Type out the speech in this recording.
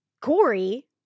Corey